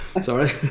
sorry